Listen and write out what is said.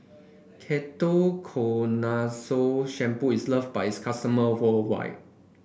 Ketoconazole Shampoo is loved by its customer worldwide